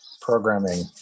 programming